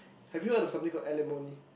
have you heard of something called alimony